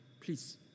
please